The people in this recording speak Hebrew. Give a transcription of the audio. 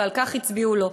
ועל זה הצביעו לו.